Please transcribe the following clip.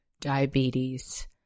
Diabetes